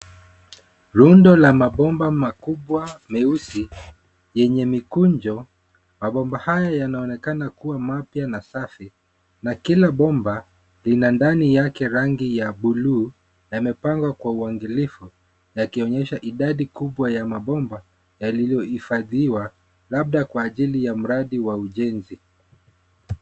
Rundo la mabomba makubwa meusi yenye mikunjo. Mabomba haya yanaonekana kuwa mapya na safi na kila bomba, lina ndani yake rangi ya buluu. Yamepangwa kwa uangalifu yakionyesha idadi kubwa ya mabomba yaliyohifadhiwa labda kwa ajili ya mradi wa ujenzi.